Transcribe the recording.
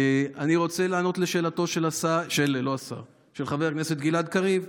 אני רוצה לענות על שאלתו של חבר הכנסת גלעד קריב.